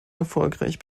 erfolgreich